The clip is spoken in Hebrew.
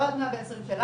לא עד 120 שלנו,